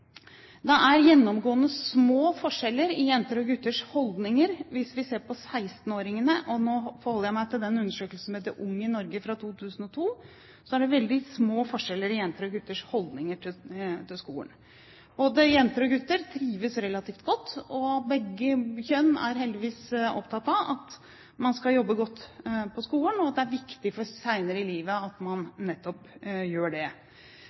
det er gjennomgående små forskjeller i jenters og gutters holdninger. Hvis vi ser på 16-åringene, og nå forholder jeg meg til den undersøkelsen som heter Ung i Norge fra 2002, så er det veldig små forskjeller i jenters og gutters holdninger til skolen. Både jenter og gutter trives relativt godt, og begge kjønn er heldigvis opptatt av at man skal jobbe godt på skolen, og at det er viktig for senere i livet at man nettopp gjør det.